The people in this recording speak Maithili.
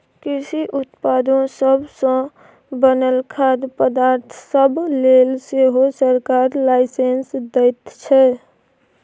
कृषि उत्पादो सब सँ बनल खाद्य पदार्थ सब लेल सेहो सरकार लाइसेंस दैत छै